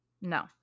No